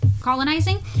colonizing